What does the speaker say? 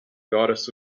goddess